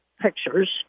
pictures